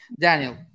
Daniel